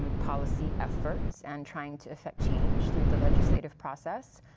um policy efforts and trying to affect change through the legislative process.